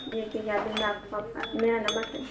جی ٹھیک ہے میں ابھی آپ کو اپنا میرا نمبر سینڈ